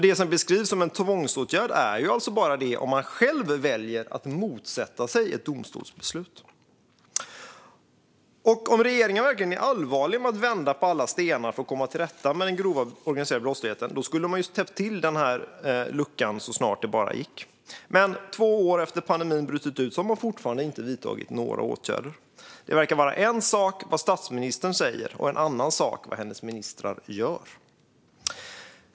Det som beskrivs som en tvångsåtgärd är alltså bara det om man själv väljer att motsätta sig ett domstolsbeslut. Om regeringen verkligen menade allvar med att vända på alla stenar för att komma till rätta med den grova organiserade brottsligheten skulle man ha täppt till den här luckan så snart det bara gick. Men två år efter att pandemin bröt ut har man fortfarande inte vidtagit några åtgärder. Det verkar vara en sak vad statsministern säger och en annan sak vad hennes ministrar gör.